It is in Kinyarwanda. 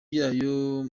y’ayo